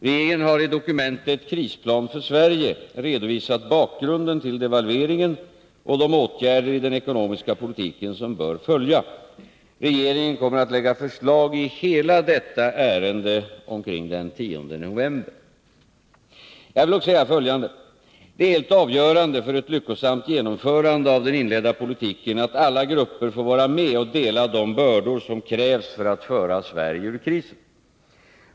Regeringen har i dokumentet Krisplan för Sverige redovisat bakgrunden till delvalveringen och de åtgärder i den ekonomiska politiken som bör följa. Regeringen kommer att lägga förslag i hela detta ärende omkring den 10 november. Jag vill dock säga följande. Det är helt avgörande för ett lyckosamt genomförande av den inledda politiken att alla grupper får vara med och dela de bördor som krävs för att föra Sverige ur krisen.